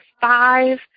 five